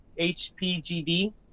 HPGD